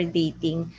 dating